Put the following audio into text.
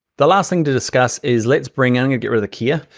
the last thing to discuss is let's bring, i'm gonna get rid of the kea,